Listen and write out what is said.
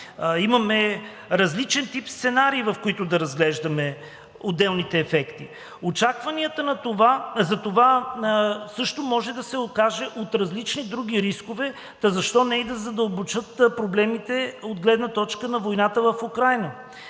имаме различен тип сценарии, в които да разглеждаме отделните ефекти. Очакванията за това също може да се окажат от различни други рискове, та защо не и да задълбочат проблемите от гледна точка на войната в Украйна?